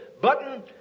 button